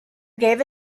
gave